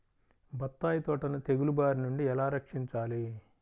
బత్తాయి తోటను తెగులు బారి నుండి ఎలా రక్షించాలి?